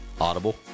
audible